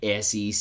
SEC